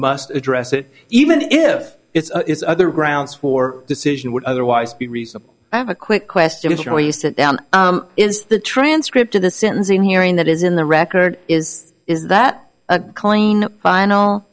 must address it even if its other grounds for decision would otherwise be reasonable i have a quick question for you sit down is the transcript of the sentencing hearing that is in the record is is that a clean final